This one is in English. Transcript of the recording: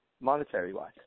monetary-wise